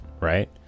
right